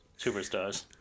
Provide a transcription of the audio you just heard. Superstars